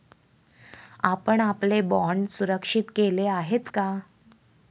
आपण आपले बाँड सुरक्षित केले आहेत का?